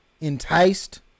enticed